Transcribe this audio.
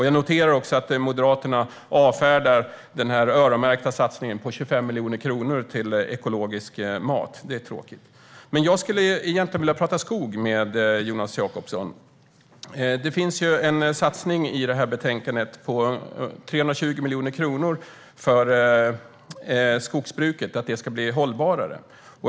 Jag noterar också att Moderaterna avfärdar den öronmärkta satsningen på 25 miljoner kronor till ekologisk mat. Det är tråkigt. Jag skulle egentligen vilja prata skog med Jonas Jacobsson Gjörtler. Det finns en satsning i betänkandet på 320 miljoner kronor för att skogsbruket ska bli hållbarare.